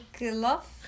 love